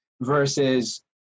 versus